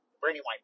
Brandywine